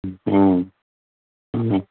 ہوں ہوں